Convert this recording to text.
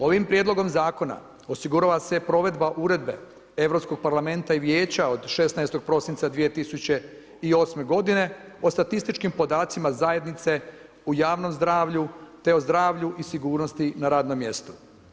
Ovim Prijedlogom Zakona osigurava se provedba Uredbe Europskog parlamenta i Vijeća od 16. prosinca 2008. godine o statističkim podacima zajednice u javnom zdravlju, te o zdravlju i sigurnosti na radnom mjestu.